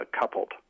coupled